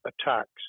attacks